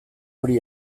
hori